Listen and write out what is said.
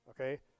okay